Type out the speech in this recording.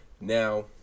Now